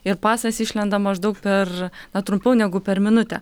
ir pasas išlenda maždaug per na trumpiau negu per minutę